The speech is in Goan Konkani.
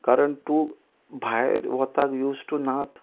कारण तूं भायर वताक यूज टू नात